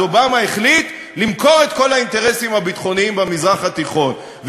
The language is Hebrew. אובמה החליט למכור את כל האינטרסים הביטחוניים במזרח התיכון,